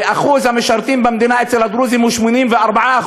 ושיעור המשרתים במדינה אצל הדרוזים הוא 84%,